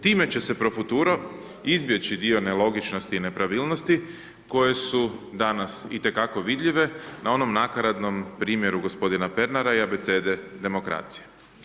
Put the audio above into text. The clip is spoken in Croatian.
Time će se pro futuro izbjeći dio nelogičnosti i nepravilnosti koje su danas itekako vidljive na onom nakaradnom primjeru g. Pernara i Abecede demokracije.